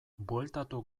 bueltatu